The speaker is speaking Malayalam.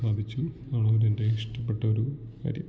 സാധിച്ചു അതാണതിലെൻ്റെ ഇഷ്ടപ്പെട്ടൊരു കാര്യം